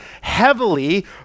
heavily